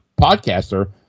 podcaster